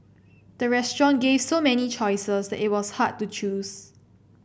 the restaurant gave so many choices that it was hard to choose